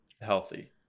healthy